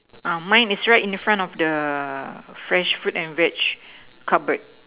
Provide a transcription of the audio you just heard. ah mine is right in front of the fresh fruit and veg cupboard